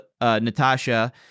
Natasha